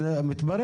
לא.